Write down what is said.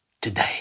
today